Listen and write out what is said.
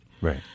Right